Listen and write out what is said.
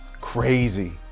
crazy